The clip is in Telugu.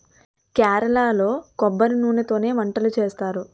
కేరళలో కొబ్బరి నూనెతోనే వంటలు చేస్తారు